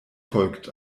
folgt